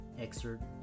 excerpt